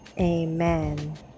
amen